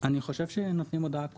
אני חושב שנותנים הודעה קולית.